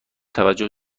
توجه